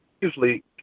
usually